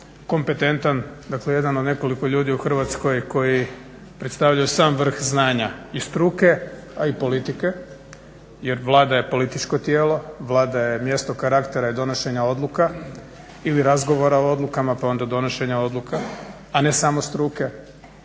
kompetentan, dakle jedan od nekoliko ljudi u Hrvatskoj koji predstavljaju sam vrh znanja i struke, a i politike jer Vlada je političko tijelo, Vlada je mjesto karaktera i donošenja odluka, ili razgovara o odlukama, pa onda donošenja odluka, a ne samo struke